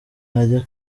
ajya